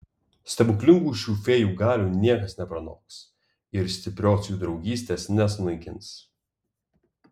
stebuklingų šių fėjų galių niekas nepranoks ir stiprios jų draugystės nesunaikins